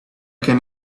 can